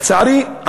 לצערי,